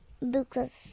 Lucas